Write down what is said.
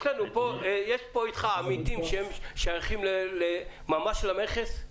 יש איתך פה עמיתים ששייכים ממש למכס?